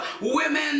Women